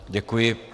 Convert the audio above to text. Děkuji.